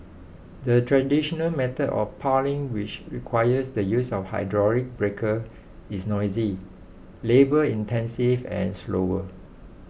the traditional method of piling which requires the use of a hydraulic breaker is noisy labour intensive and slower